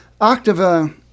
Octava